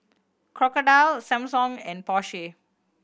Crocodile Samsung and Porsche